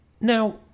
now